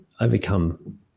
overcome